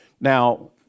Now